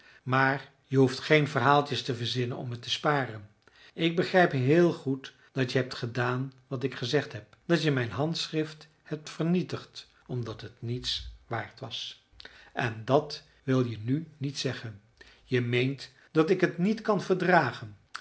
maar je hoeft geen verhaaltjes te verzinnen om me te sparen ik begrijp heel goed dat je hebt gedaan wat ik gezegd heb dat je mijn handschrift hebt vernietigd omdat het niets waard was en dat wil je nu niet zeggen je meent dat ik het niet kan verdragen